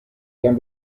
can